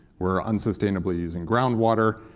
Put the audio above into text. we're unsustainably using ground water,